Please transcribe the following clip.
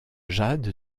jade